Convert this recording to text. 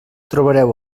trobareu